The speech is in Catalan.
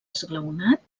esglaonat